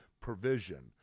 provision